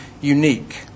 unique